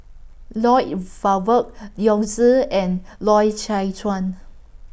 Lloyd Valberg Yao Zi and Loy Chye Chuan